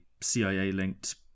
CIA-linked